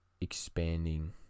expanding